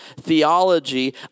theology